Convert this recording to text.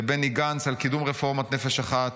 לבני גנץ על קידום רפורמת נפש אחת,